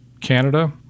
Canada